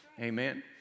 Amen